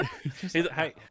Hey